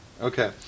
Okay